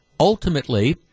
Ultimately